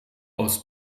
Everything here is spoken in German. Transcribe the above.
aus